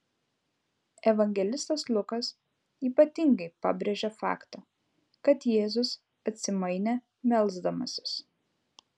evangelistas lukas ypatingai pabrėžia faktą kad jėzus atsimainė melsdamasis